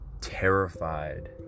terrified